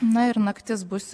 na ir naktis bus